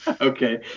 Okay